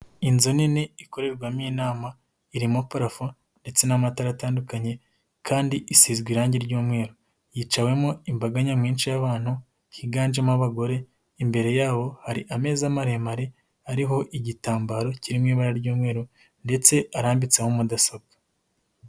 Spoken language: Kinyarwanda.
Inzu nini ikorerwamo inama, irimo parafo ndetse n'amatara atandukanye kandi isizwe irangi ry'umweru, hiciwemo imbaga nyamwinshi y'abantu, higanjemo abagore, imbere yabo hari ameza maremare, ariho igitambaro kirimo ibara ry'umweru ndetse arambitseho mudasobwa.